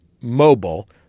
mobile